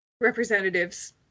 representatives